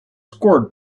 scored